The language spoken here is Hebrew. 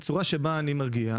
זאת הצורה שבה אני מרגיע,